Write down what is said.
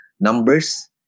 numbers